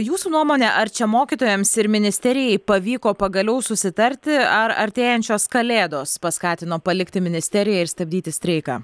jūsų nuomone ar čia mokytojams ir ministerijai pavyko pagaliau susitarti ar artėjančios kalėdos paskatino palikti ministeriją ir stabdyti streiką